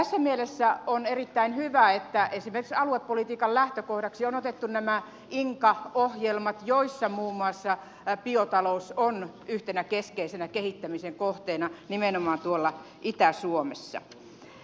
tässä mielessä on erittäin hyvä että esimerkiksi aluepolitiikan lähtökohdaksi on otettu nämä inka ohjelmat joissa muun muassa biotalous on yhtenä keskeisenä kehittämisen kohteena nimenomaan tuolla itä suomessa